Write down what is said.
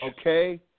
Okay